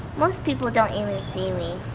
most people don't even see me.